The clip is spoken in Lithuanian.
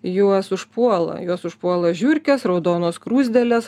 juos užpuola juos užpuola žiurkės raudonos skruzdėlės